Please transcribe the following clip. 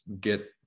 get